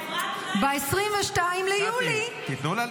אבל אפרת, אולי --- קטי, תיתנו לה לדבר.